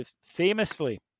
famously